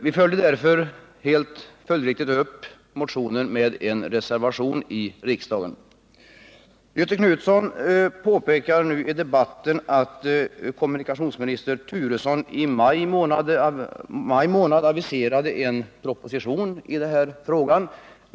Vi följde därför upp motionen med en reservation i riksdagen. Göthe Knutson påpekar nu i debatten att dåvarande kommunikationsministern Turesson i maj månad förra året aviserade en proposition i denna fråga.